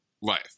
life